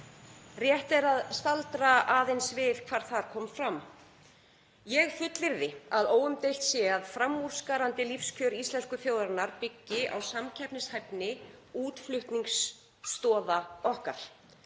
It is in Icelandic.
Rétt er að staldra aðeins við hvað þar kom fram. Ég fullyrði að óumdeilt sé að framúrskarandi lífskjör íslensku þjóðarinnar byggi á samkeppnishæfni útflutningsstoða okkar,